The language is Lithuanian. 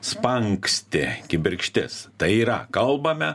spanksti kibirkštis tai yra kalbame